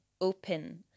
open